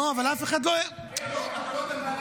לא, אבל אף אחד לא --- קודם עלה